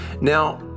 Now